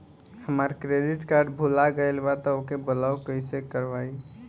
हमार credit card भुला गएल बा त ओके ब्लॉक कइसे करवाई?